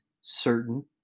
certain